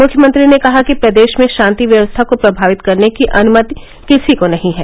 मुख्यमंत्री ने कहा कि प्रदेश में ांति व्यवस्था को प्रभावित करने की अनुमति किसी को नहीं है